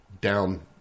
down